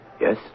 Yes